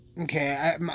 Okay